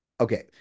Okay